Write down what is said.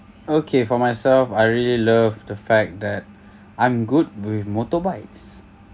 okay for myself I really love the fact that I'm good with motorbikes